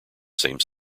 same